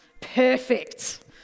Perfect